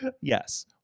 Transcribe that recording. Yes